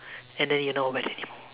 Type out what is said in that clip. and then you're not wet anymore